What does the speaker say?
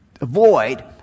avoid